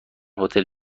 هتل